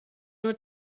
nur